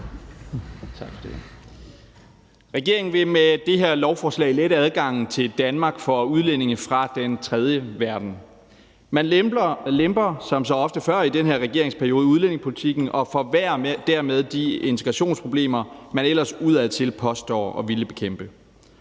Regeringen vil med det her lovforslag lette adgangen til Danmark for udlændinge fra den tredje verden. Man lemper som så ofte før i den her regeringsperiode udlændingepolitikken og forværrer dermed de integrationsproblemer, man ellers udadtil påstår at ville bekæmpe.